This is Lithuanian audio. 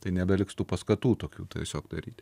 tai nebeliks tų paskatų tokių tiesiog daryti